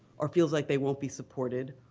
or feels like they won't be supported,